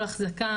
כל החזקה,